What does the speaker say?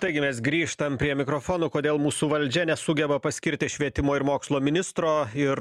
taigi mes grįžtam prie mikrofonų kodėl mūsų valdžia nesugeba paskirti švietimo ir mokslo ministro ir